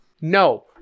No